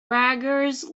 braggers